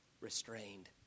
restrained